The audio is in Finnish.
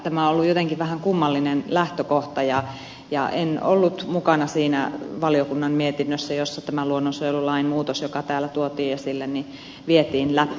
tämä on ollut jotenkin vähän kummallinen lähtökohta ja en ollut mukana siinä valiokunnan mietinnössä jossa tämä luonnonsuojelulain muutos joka täällä tuotiin esille vietiin läpi